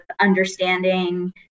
understanding